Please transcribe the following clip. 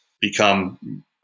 become